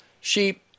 sheep